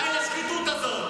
די לשחיתות הזאת.